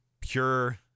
pure